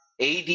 AD